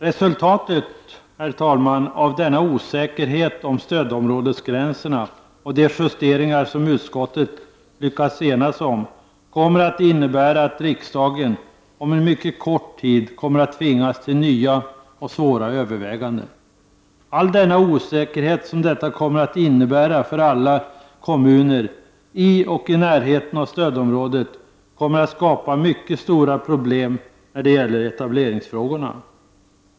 Resultatet, herr talman, av denna osäkerhet om stödområdesgränserna och de justeringar som utskottet lyckats enas om kommer att innebära att riksdagen mycket snart kommer att tvingas till nya och svåra överväganden. Den osäkerhet som detta innebär för alla kommuner i och i närheten av stödområdet kommer att skapa mycket stora problem när det gäller etableringsfrågorna.